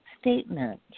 statement